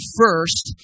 first